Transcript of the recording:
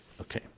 Okay